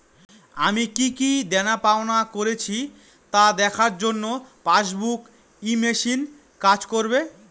আমি কি কি দেনাপাওনা করেছি তা দেখার জন্য পাসবুক ই মেশিন কাজ করবে?